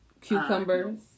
cucumbers